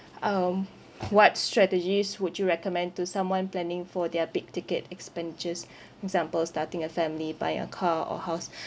um what strategies would you recommend to someone planning for their big ticket expenditures example starting a family buy a car or house